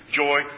joy